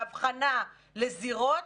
בהבחנה לזירות,